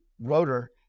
rotor